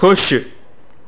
ख़ुशि